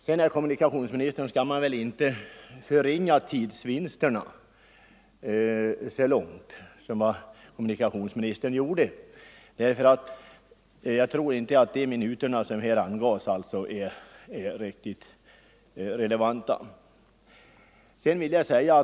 Sedan, herr kommunikationsminister, skall man väl inte förringa tidsvinsterna så som kommunikationsministern gjorde! Jag tror nämligen inte att den siffra kommunikationsministern uppgav är den riktiga.